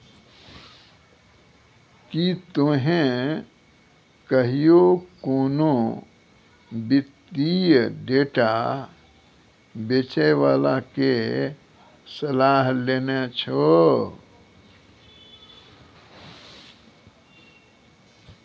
कि तोहें कहियो कोनो वित्तीय डेटा बेचै बाला के सलाह लेने छो?